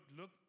look